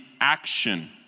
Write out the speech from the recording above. action